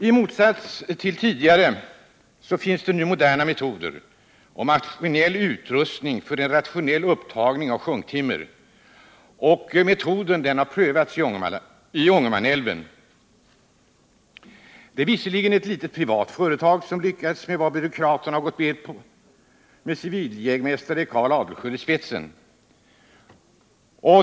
I motsats till tidigare finns det nu moderna metoder och maskinell utrustning för en rationell upptagning av sjunktimmer. Metoden har prövats i Ångermanälven. Ett litet privat företag har lyckats med vad byråkraterna gått bet på, med civiljägmästare Carl Adelsköld i spetsen.